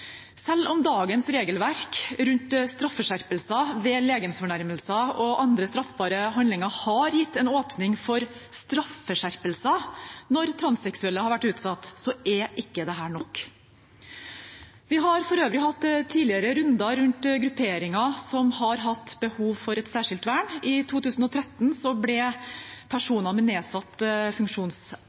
Selv om dagens regelverk rundt straffeskjerpelser ved legemsfornærmelser og andre straffbare handlinger har gitt en åpning for straffeskjerpelser når transseksuelle har vært utsatt, er ikke dette nok. Vi har for øvrig tidligere hatt runder rundt grupperinger som har hatt behov for et særskilt vern. I 2013 ble personer med nedsatt